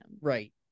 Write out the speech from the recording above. right